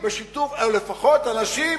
או לפחות אנשים